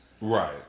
Right